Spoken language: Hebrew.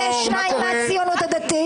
יש שניים מהציונות הדתית.